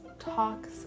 talks